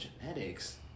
genetics